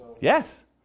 Yes